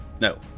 no